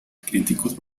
críticos